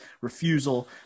refusal